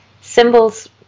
symbols